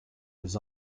his